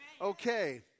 Okay